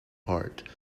part